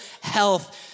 health